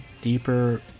deeper